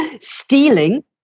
stealing